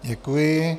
Děkuji.